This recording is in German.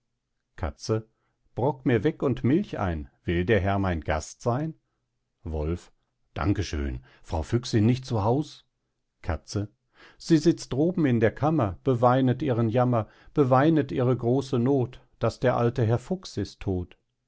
katze brock mir weck und milch ein will der herr mein gast seyn wolf danke schön frau füchsin nicht zu haus katze sie sitzt droben in der kammer beweinet ihren jammer beweinet ihre große noth daß der alte herr fuchs ist todt